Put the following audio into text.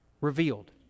revealed